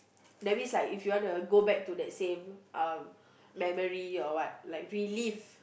that means like you want to go back to the same memory or what like relive